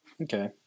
Okay